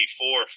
four